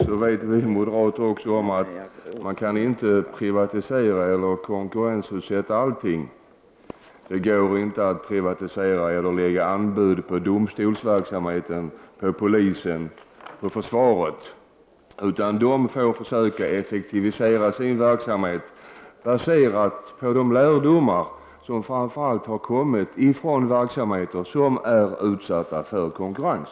Man kan givetvis inte privatisera eller konkurrensutsätta alla verksamheter. Det går inte att privatisera eller lägga anbud på domstolsväsendet, på polisens verksamhet eller på försvaret. Dessa myndigheter får försöka effektivisera sin verksamhet utifrån de lärdomar som har dragits framför allt av de verksamheter som är utsatta för konkurrens.